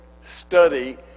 study